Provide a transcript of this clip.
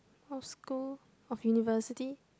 of school of University